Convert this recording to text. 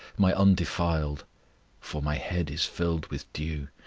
my undefiled for my head is filled with dew,